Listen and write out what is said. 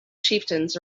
chieftains